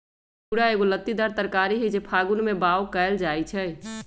घिउरा एगो लत्तीदार तरकारी हई जे फागुन में बाओ कएल जाइ छइ